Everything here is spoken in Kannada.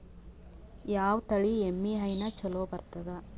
ಯಾವ ತಳಿ ಎಮ್ಮಿ ಹೈನ ಚಲೋ ಬರ್ತದ?